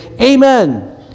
Amen